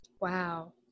Wow